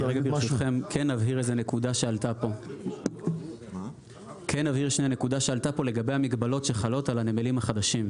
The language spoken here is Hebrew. נבהיר נקודה שעלתה פה לגבי המגבלות שחלות על הנמלים החדשים.